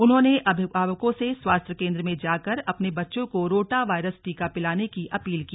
उन्होंने अभिभावकों से स्वास्थ्य केन्द्र में जाकर अपने बच्चों को रोटावायरस टीका पिलाने की अपील की